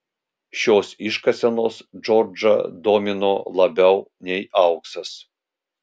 šios iškasenos džordžą domino labiau nei auksas